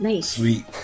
sweet